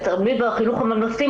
על התלמיד בחינוך הממלכתי,